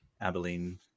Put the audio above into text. Abilene